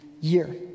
year